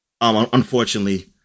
unfortunately